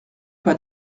pas